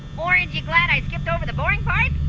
orange you glad i skipped over the boring part?